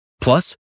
Plus